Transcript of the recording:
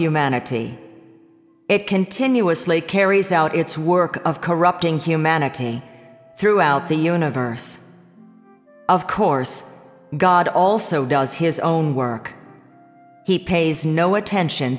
humanity it continuously carries out its work of corrupting humanity throughout the universe of course god also does his own work he pays no attention